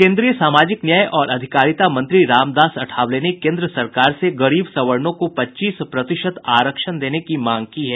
केन्द्रीय सामाजिक न्याय और अधिकारिता मंत्री रामदास अठावले ने केन्द्र सरकार से गरीब सवर्णों को पच्चीस प्रतिशत आरक्षण देने की मांग की है